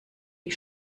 die